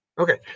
Okay